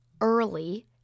early